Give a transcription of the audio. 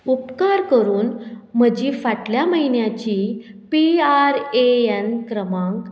उपकार करून म्हजी फाटल्या म्हयन्याची पी आर ए एन क्रमांक